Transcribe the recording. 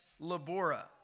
labora